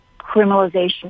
criminalization